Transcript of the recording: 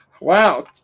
Wow